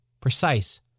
Precise